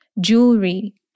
jewelry